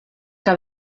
que